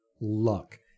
luck